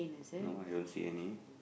no I don't see any